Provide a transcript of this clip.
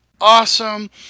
awesome